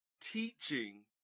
teaching